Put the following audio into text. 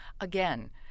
Again